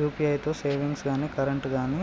UPI తో savings గాని current గాని